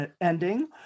ending